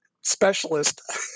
specialist